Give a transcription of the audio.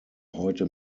heute